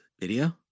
video